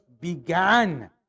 began